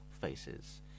faces